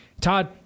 Todd